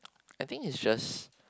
I think is just